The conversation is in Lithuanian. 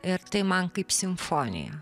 ir tai man kaip simfonija